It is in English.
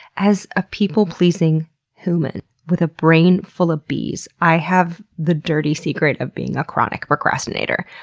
as a people pleasing hooman with a brain full of bees, i have the dirty secret of being a chronic procrastinator.